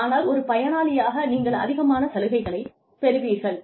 ஆனால் ஒரு பயனாளியாக நீங்கள் அதிகமான சலுகையைப் பெறுவீர்கள்